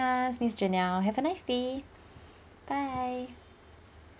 ~us miss janelle have a nice day bye